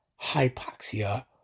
hypoxia